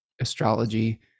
astrology